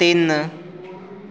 ਤਿੰਨ